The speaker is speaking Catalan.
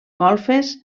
golfes